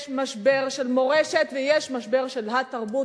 יש משבר של מורשת ויש גם משבר של התרבות.